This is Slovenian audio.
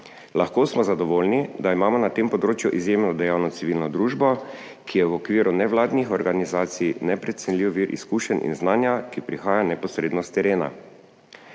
Lahko smo zadovoljni, da imamo na tem področju izjemno dejavno civilno družbo, ki je v okviru nevladnih organizacij neprecenljiv vir izkušenj in znanja, ki prihaja neposredno s terena.